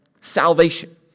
salvation